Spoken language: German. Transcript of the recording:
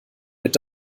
mit